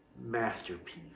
masterpiece